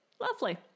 Lovely